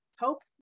hope